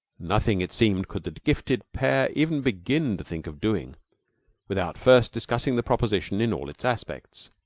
nothing, it seemed, could the gifted pair even begin to think of doing without first discussing the proposition in all its aspects.